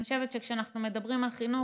אני חושבת שכאשר אנחנו מדברים על חינוך,